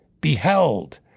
beheld